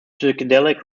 psychedelic